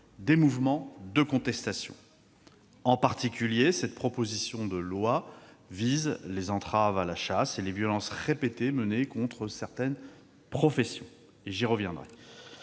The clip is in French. des mouvements de contestation. En particulier, cette proposition de loi vise les entraves à la chasse et les violences répétées menées contre certaines professions- j'y reviendrai.